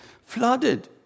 flooded